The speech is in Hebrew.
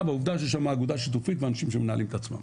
שיש שם אגודה שיתופית ואנשים שמנהלים את עצמם.